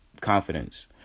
confidence